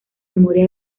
memoria